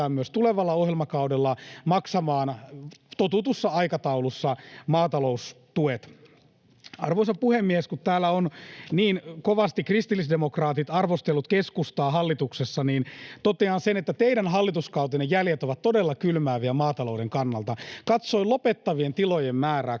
myös tulevalla ohjelmakaudella maksamaan totutussa aikataulussa maataloustuet. Arvoisa puhemies! Kun täällä ovat niin kovasti kristillisdemokraatit arvostelleet keskustaa hallituksessa, niin totean sen, että teidän hallituskautenne jäljet ovat todella kylmääviä maatalouden kannalta. Katsoin lopettavien tilojen määrää: